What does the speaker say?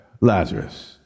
Lazarus